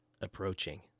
approaching